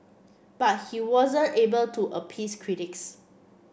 but he wasn't able to appease critics